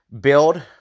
build